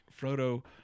Frodo